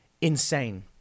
insane